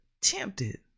tempted